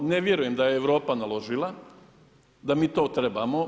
Ne vjerujem da je Europa naložila da mi to trebamo.